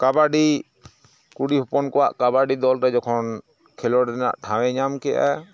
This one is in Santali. ᱠᱟᱵᱟᱰᱤ ᱠᱩᱲᱤ ᱦᱚᱯᱚᱱ ᱠᱚᱣᱟᱜ ᱠᱟᱵᱟᱰᱤ ᱫᱚᱞᱨᱮ ᱡᱚᱠᱷᱚᱱ ᱠᱷᱮᱞᱚᱰ ᱨᱮᱱᱟᱜ ᱴᱷᱟᱶ ᱮ ᱧᱟᱢ ᱠᱮᱫᱟ